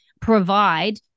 provide